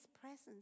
presence